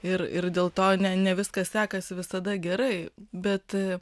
ir ir dėl to ne ne viskas sekasi visada gerai bet